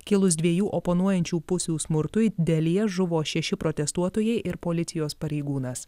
kilus dviejų oponuojančių pusių smurtui delyje žuvo šeši protestuotojai ir policijos pareigūnas